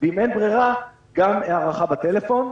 ואם אין ברירה אז גם הערכה בטלפון.